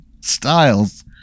Styles